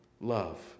love